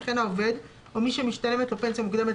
וכן העובד או מי שמשתלמת לו פנסיה מוקדמת,